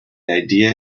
idea